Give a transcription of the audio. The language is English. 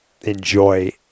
enjoy